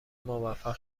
موفق